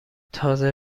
تازه